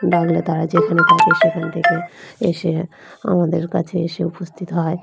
ডাকলে তারা যেখানে থাকে সেখান থেকে এসে আমাদের কাছে এসে উপস্থিত হয়